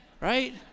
Right